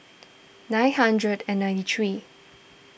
nine hundred and ninety three